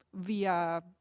via